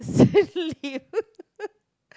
sleep